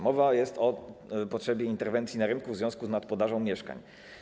Mowa jest o potrzebie interwencji na rynku w związku z nadpodażą mieszkań.